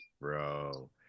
bro